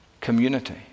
Community